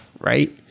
right